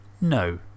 No